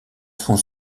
sont